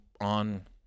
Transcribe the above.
on